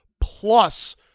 plus